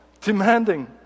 demanding